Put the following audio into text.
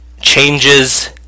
changes